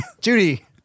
Judy